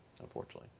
unfortunately